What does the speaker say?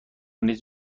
نیز